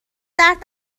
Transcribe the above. درد